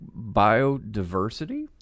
Biodiversity